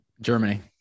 Germany